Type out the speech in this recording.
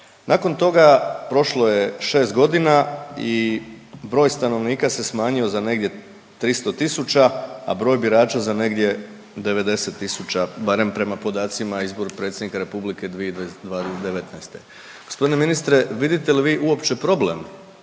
Nakon toga prošlo je 6 godina i broj stanovnika se smanjio za negdje 300 tisuća, a broj birača za negdje 90 tisuća barem prema podacima o izboru predsjednika republike 2019. Gospodine ministre vidite li vi uopće problem